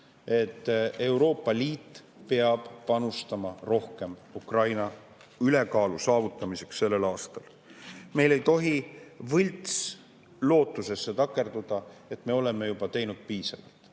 Euroopa Liit peab panustama rohkem Ukraina ülekaalu saavutamiseks sellel aastal. Me ei tohi takerduda võltslootusesse, et me oleme juba teinud piisavalt.